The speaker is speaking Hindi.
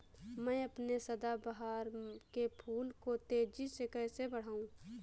मैं अपने सदाबहार के फूल को तेजी से कैसे बढाऊं?